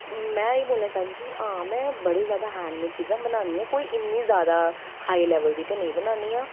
में एह् बोलना चाह्गी कि आं में बड़ी जादा हैंड मेड चीजां बनानी आं कोई इ'न्नी जादा हाई लेवल दी ते निं बनानी आं